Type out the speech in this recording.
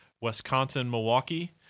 Wisconsin-Milwaukee